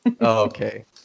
Okay